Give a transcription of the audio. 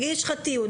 נגיד שיש לך תיעוד,